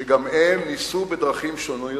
שגם הם ניסו בדרכים שונות